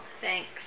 Thanks